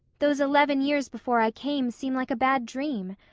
those eleven years before i came seem like a bad dream.